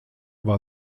war